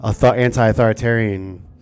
anti-authoritarian